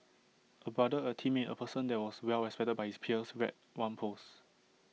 A brother A teammate A person that was well respected by his peers read one post